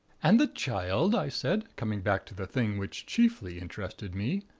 and the child, i said, coming back to the thing which chiefly interested me.